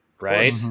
Right